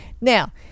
Now